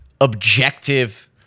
objective